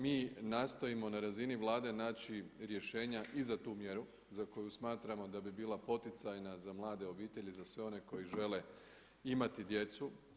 Mi nastojimo na razini Vlade naći rješenja i za tu mjeru za koju smatramo da bi bila poticajna za mlade obitelji, za sve one koji žele imati djecu.